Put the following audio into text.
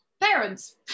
parents